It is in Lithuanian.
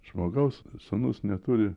žmogaus sūnus neturi